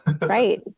Right